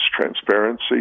transparency